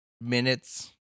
minutes